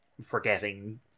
forgetting